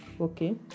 Okay